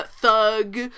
thug